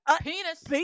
penis